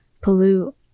pollute